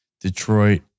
Detroit